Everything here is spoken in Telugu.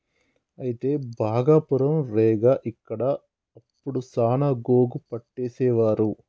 అయితే భాగపురం రేగ ఇక్కడ అప్పుడు సాన గోగు పట్టేసేవారు